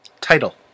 Title